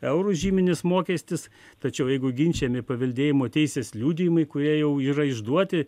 eurų žyminis mokestis tačiau jeigu ginčijami paveldėjimo teisės liudijimai kurie jau yra išduoti